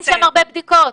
כן, אבל אין שם הרבה בדיקות.